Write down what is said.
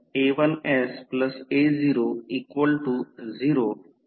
a1sa00 असे लिहितो